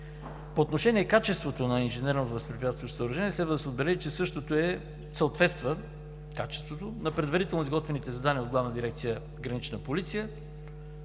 По отношение качеството на инженерното възпрепятстващо съоръжение следва да се отбележи, че то съответства на предварително изготвените задания от Главна дирекция „Гранична полиция“